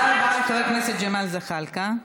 תודה רבה לחבר הכנסת ג'מאל זחאלקה.